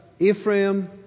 Ephraim